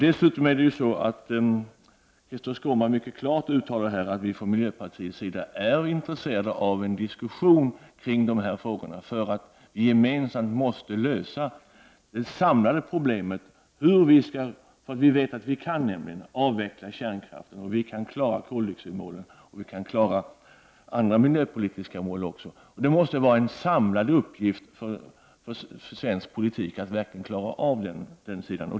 Dessutom har Krister Skånberg mycket klart uttalat att vi från miljöpartiets sida är intresserade av en diskussion om dessa frågor, eftersom vi gemensamt måste lösa det samlade problemet. Vi vet ju att vi kan avveckla kärnkraften och klara koldioxidmålet och andra miljöpolitiska mål. Det måste vara en samlad uppgift för svensk politik att verkligen klara de problemen.